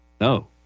No